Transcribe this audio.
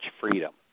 freedom